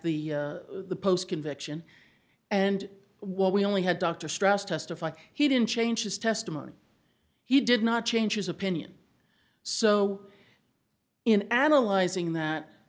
the post conviction and what we only had dr stress testify he didn't change his testimony he did not change his opinion so in analyzing that